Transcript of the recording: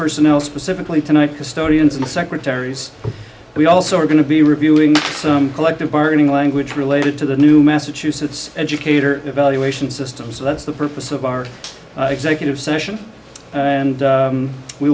personnel specifically tonight custodians and secretaries we also are going to be reviewing some collective bargaining language related to the new massachusetts educator evaluation system so that's the purpose of our executive session and